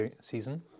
season